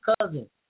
cousin